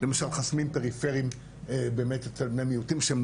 למשל חסמים פריפריים אצל בני מיעוטים שהם